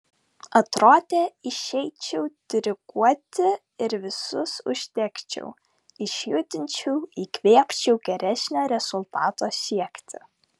atrodė išeičiau diriguoti ir visus uždegčiau išjudinčiau įkvėpčiau geresnio rezultato siekti